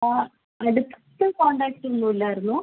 ആ അടുത്ത് കോൺടാക്ട് ഒന്നുമില്ലായിരുന്നു